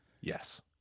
Yes